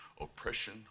oppression